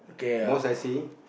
most I see